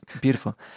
beautiful